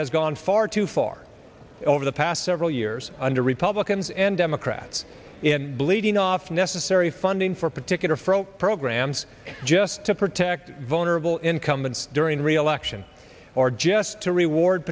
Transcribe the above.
has gone far too far over the past several years under republicans and democrats in bleeding off necessary funding for particular for programs just to protect vulnerable incumbents during re election or just to reward